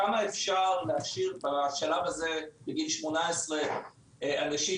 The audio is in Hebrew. כמה אפשר להכשיר בשלב הזה בגיל 18 אנשים